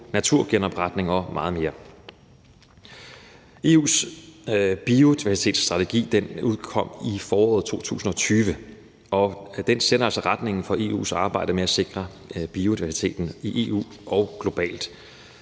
naturgenopretning og meget mere. EU's biodiversitetsstrategi udkom i foråret 2020, og den sætter altså retningen for EU's arbejde med at sikre biodiversiteten i EU og globalt.